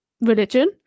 religion